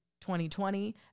2020